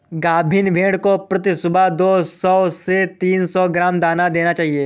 गाभिन भेड़ को प्रति सुबह दो सौ से तीन सौ ग्राम दाना देना चाहिए